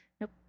Nope